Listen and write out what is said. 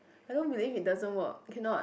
I don't believe it doesn't work cannot